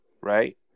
right